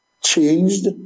changed